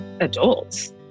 adults